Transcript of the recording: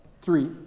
Three